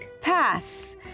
Pass